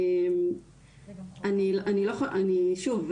אני שוב,